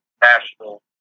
national